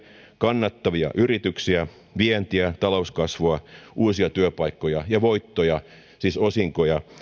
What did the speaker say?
kannattavia yrityksiä vientiä talouskasvua uusia työpaikkoja ja voittoja siis osinkoja